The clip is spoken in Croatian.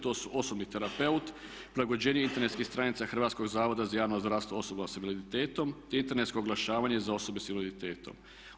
To su osobni terapeut, prilagođenje internetskih stranica Hrvatskog zavoda za javno zdravstvo osoba s invaliditetom, te internetsko oglašavanje za osobe sa invaliditetom.